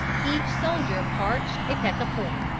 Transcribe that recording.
each soldier parched a peck of corn.